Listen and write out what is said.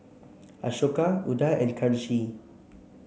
Ashoka Udai and Kanshi